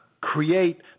create